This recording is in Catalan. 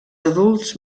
adults